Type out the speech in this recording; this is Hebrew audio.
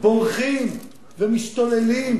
בורחים ומשתוללים.